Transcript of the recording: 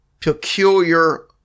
peculiar